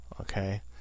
Okay